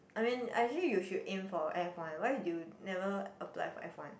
I mean actually you should aim for F one why you never apply for F one